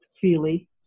freely